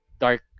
dark